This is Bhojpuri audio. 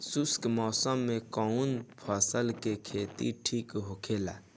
शुष्क मौसम में कउन फसल के खेती ठीक होखेला?